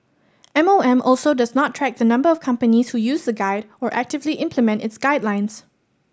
M O M also does not track the number of companies who use the guide or actively implement its guidelines